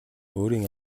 өөрийн